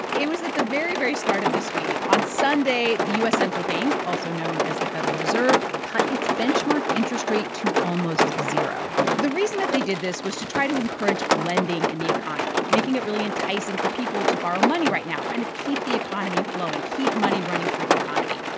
it was at the very, very start of this week. on sunday, the u s. central bank, also known as the federal reserve, cut its benchmark interest rate to almost zero. the reason that they did this was to try to encourage lending in the economy, making it really enticing for people to borrow money right now, kind of keep the economy flowing keep money running through the economy.